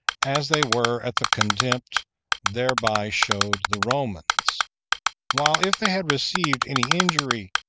as they were at the contempt thereby showed the romans while if they had received any injury,